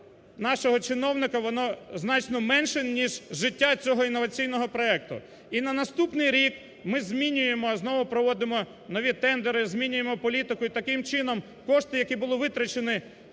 нашого чиновника, воно значно менше, ніж життя цього інноваційного проекту. І на наступний рік ми змінюємо, знову проводимо нові тендери, змінюємо політику. І таким чином кошти, які були витрачені